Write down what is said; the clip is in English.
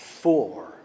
four